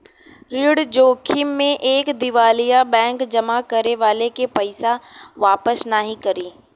ऋण जोखिम में एक दिवालिया बैंक जमा करे वाले के पइसा वापस नाहीं करी